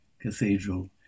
Cathedral